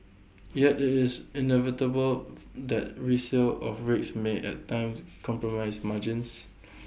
yet IT is inevitable that resale of rigs may at times compromise margins